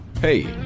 Hey